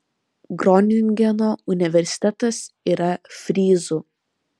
groningeno universitetas yra fryzų